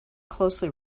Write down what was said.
closely